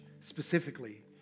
specifically